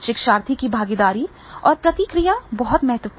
शिक्षार्थी की भागीदारी और प्रतिक्रिया बहुत महत्वपूर्ण है